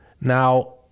Now